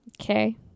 okay